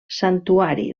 santuari